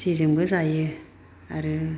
जेजोंबो जायो आरो